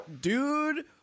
dude